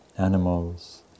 animals